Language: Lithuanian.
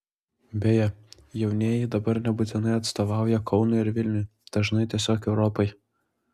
beje jaunieji dabar nebūtinai atstovauja kaunui ar vilniui dažnai tiesiog europai